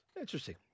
Interesting